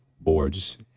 boards